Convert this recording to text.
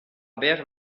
ver